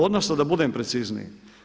Odnosno da budem precizniji.